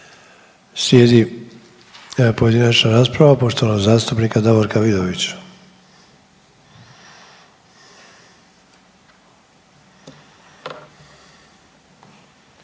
Slijedi pojedinačna rasprava poštovanog zastupnika Davorka Vidovića.